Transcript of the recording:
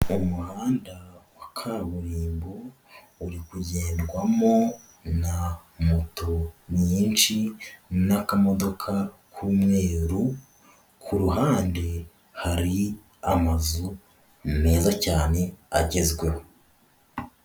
Umuhanda wa kaburimbo uri kugendwamo na moto nyinshi n'akamodoka k'umweru, ku ruhande hari amazu meza cyane agezweho.